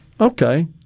okay